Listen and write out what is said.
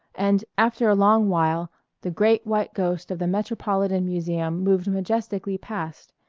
and after a long while the great white ghost of the metropolitan museum moved majestically past,